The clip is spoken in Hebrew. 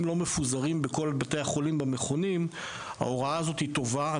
לא מפוזרים בכל בתי החולים במכונים ההוראה הזאת היא טובה.